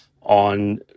on